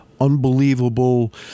unbelievable